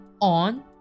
on